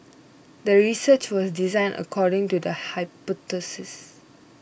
the research was designed according to the hypothesis